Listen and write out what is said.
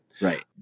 Right